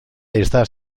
está